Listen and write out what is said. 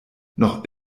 noch